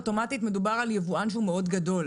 אוטומטית מדובר על יבואן שהוא מאוד גדול.